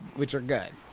which are good.